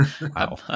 wow